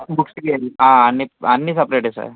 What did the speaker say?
బుక్స్కి అన్ని సపరేటే సార్